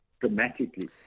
dramatically